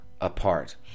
apart